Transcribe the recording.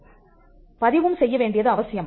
மாணவன் பதிவும் செய்ய வேண்டியது அவசியம்